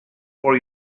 for